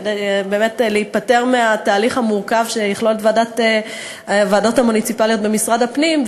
כדי להיפטר מהתהליך המורכב שיכלול את הוועדות המוניציפליות במשרד הפנים.